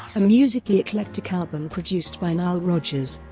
a musically-eclectic album produced by nile rodgers.